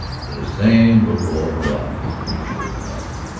the same little old moraga, he assured her lightly.